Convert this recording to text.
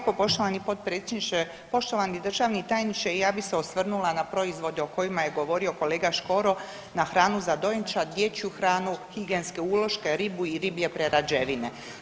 Hvala lijepo poštovani potpredsjedniče, poštovani državni tajniče, i ja bih se osvrnula na proizvode o kojima je govorio kolega Škoro, na hranu za dojenčad, dječju hranu, higijenske uloške, ribu i riblje prerađevine.